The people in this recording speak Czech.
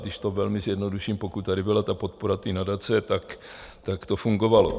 Když to velmi zjednoduším, pokud tady byla podpora té nadace, tak to fungovalo.